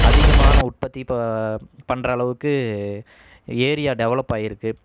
அதிகமான உற்பத்தி ப பண்ணுறளவுக்கு ஏரியா டெவலப் ஆயிருக்குது